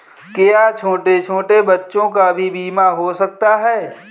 क्या छोटे छोटे बच्चों का भी बीमा हो सकता है?